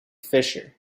fisher